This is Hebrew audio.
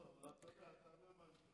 אתה יודע למה אני מתכוון.